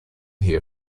here